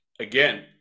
Again